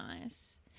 nice